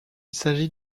s’agit